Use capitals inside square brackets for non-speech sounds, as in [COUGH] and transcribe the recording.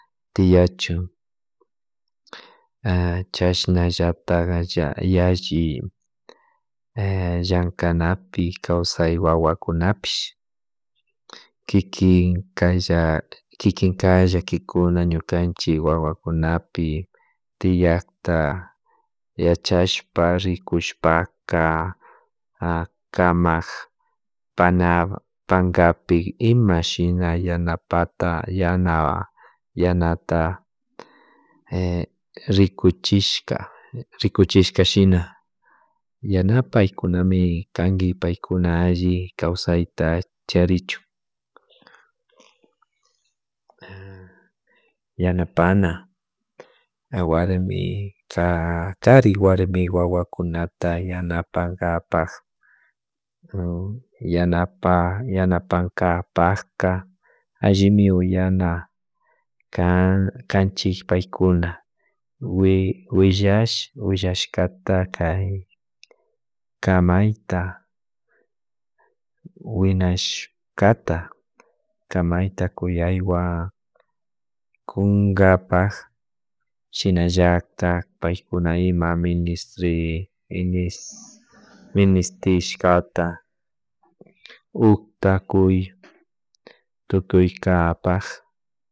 Tiyachu [HESITATION] chashnalaltak [HESITATION] yalli [HESITATION] llankanapi kawsay wawakunapish kikin kalla kikan kay llakikuna ñukanchik wawakunapi tiakta yachashpa rikushpaka [HESITATION] kamak pana pankapi ima shina yanapata yana yanata [HESITATION] rikuchishka rikuchishka shina, yanapaykunami kanki paykuna alli kawsayta charichun [HESITATION] yanapana warmika kari warmi wawakunata yanapankapak yanapa yanapanka pakka allimi uyana [HESITATION] kanchik paykuna [HESITATION] willash willashkakata kay kamayta winashkata kamayta kunaywan kunkapak shinallatak paykuna imami minitri ministishkata utka kuy tutuykapak